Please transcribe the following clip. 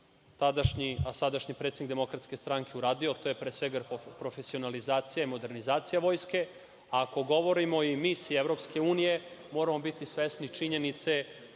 tadašnji, a sadašnji predsednik DS uradio, to je pre svega profesionalizacija i modernizacija Vojske, a ako govorimo i misija EU, moramo biti svesni činjenice